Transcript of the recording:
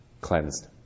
cleansed